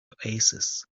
oasis